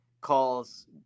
calls